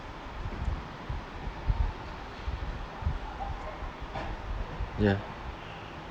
ya